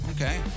Okay